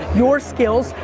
your skills.